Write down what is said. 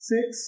Six